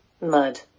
mud